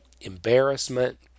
embarrassment